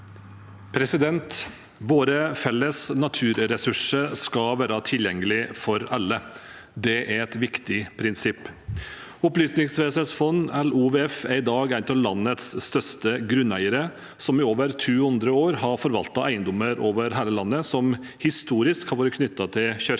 Våre felles naturres- surser skal være tilgjengelig for alle. Det er et viktig prinsipp. Opplysningsvesenets fond – eller OVF – er i dag en av landets største grunneiere, som i over 200 år har forvaltet eiendommer over hele landet som historisk har vært knyttet til Kirken